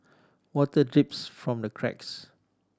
water drips from the cracks